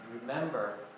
remember